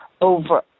over